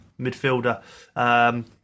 midfielder